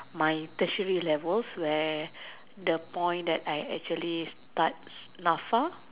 my Tertiary levels where the point that I actually start N_A_F_A